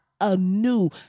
anew